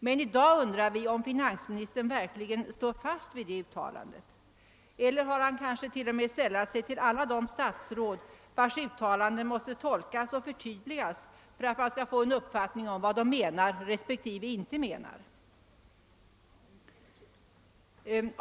Men vi undrar om finansministern verkligen står fast vid det uttalandet i dag, eller om han kanske har sällat sig till de statsråd vilkas uttalanden måste tolkas och förtydligas för att man skall få en uppfattning om vad de menat respektive inte menat.